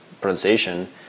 pronunciation